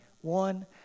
one